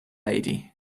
lady